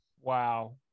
Wow